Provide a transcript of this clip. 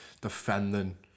defending